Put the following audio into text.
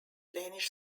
danish